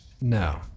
No